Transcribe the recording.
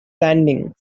landing